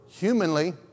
humanly